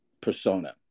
persona